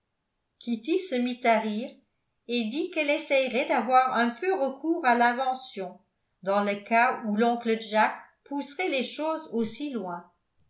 mit à rire et dit qu'elle essayerait d'avoir un peu recours à l'invention dans le cas où l'oncle jack pousserait les choses aussi loin